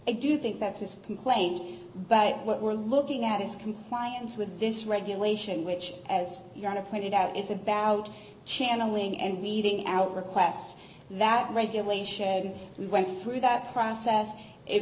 i do think that's his complaint but what we're looking at is compliance with this regulation which as you pointed out is about channeling and meeting out requests that regulation we went through that process it